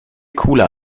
cooler